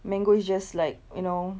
mango is just like you know